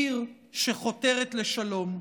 עיר שחותרת לשלום.